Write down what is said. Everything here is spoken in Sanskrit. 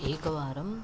एकवारं